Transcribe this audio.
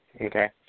Okay